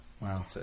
Wow